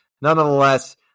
Nonetheless